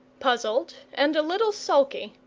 puzzled and a little sulky,